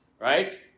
Right